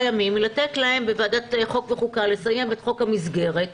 ימים ולתת להם בוועדת החוקה לסיים את חוק המסגרת,